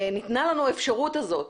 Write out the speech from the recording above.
ניתנה לנו האפשרות הזאת.